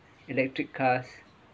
electric cars